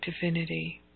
divinity